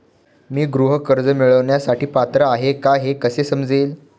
मी गृह कर्ज मिळवण्यासाठी पात्र आहे का हे कसे समजेल?